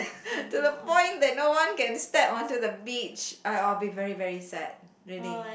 to the point that no one can step onto the beach I I will be very very sad really